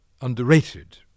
underrated